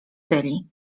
byli